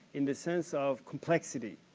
in the sense of complexity.